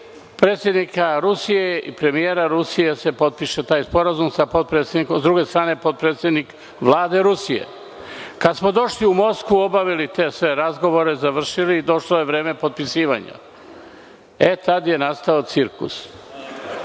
predsednika Rusije i premijera Rusije se potpiše taj sporazum sa potpredsednikom Vlade Rusije. Kada smo došli u Moskvu, obavili sve te razgovore, završili, došlo je vreme potpisivanja. Tada je nastao cirkus.